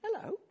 hello